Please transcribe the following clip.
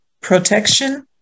protection